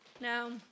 Now